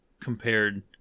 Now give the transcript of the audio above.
Compared